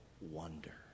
wonder